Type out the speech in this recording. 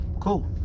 cool